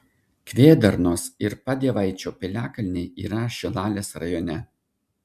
kvėdarnos ir padievaičio piliakalniai yra šilalės rajone